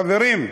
חברים,